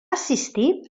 assistir